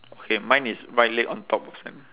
okay mine is right leg on top of sand